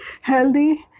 healthy